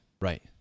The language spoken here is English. Right